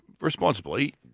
responsibly